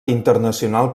internacional